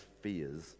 fears